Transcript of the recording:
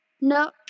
no